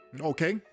Okay